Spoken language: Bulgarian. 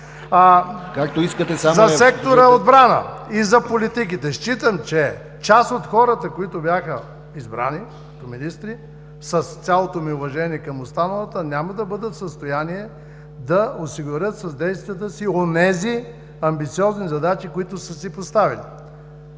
За сектора „Отбрана“ и за политиките. Считам, че част от хората, които бяха избрани за министри, с цялото ми уважение към останалите, няма да бъдат в състояние да осигурят с действията си онези амбициозни задачи, които са си поставили.